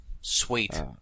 Sweet